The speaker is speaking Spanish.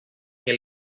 que